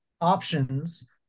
options